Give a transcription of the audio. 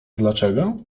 dlaczego